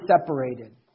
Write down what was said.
separated